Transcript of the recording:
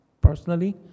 personally